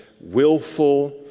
willful